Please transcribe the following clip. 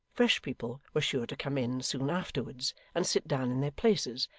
fresh people were sure to come in soon afterwards and sit down in their places,